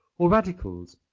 or radicals,